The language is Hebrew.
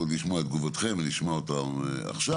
עוד לשמוע את תגובותיכם ונשמע אותה עכשיו,